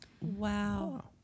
wow